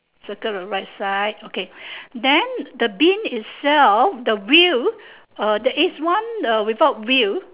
circle the right side okay then the bin itself the wheel there is one without wheel